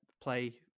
Play